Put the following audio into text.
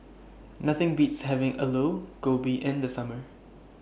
Nothing Beats having Aloo Gobi in The Summer